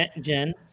Jen